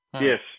Yes